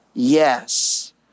Yes